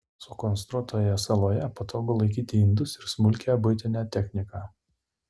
sukonstruotoje saloje patogu laikyti indus ir smulkią buitinę techniką